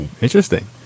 interesting